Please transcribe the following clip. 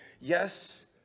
Yes